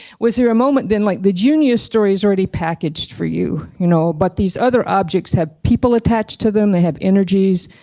was there a moment then like the junius stories already packaged for you, you know but these other objects have people attached to them, they have energies,